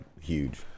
huge